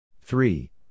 three